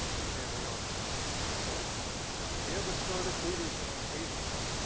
japan rearms and so they're concerned about that. we have assertive leaders in asia now.